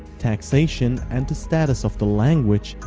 taxation, and the status of the language,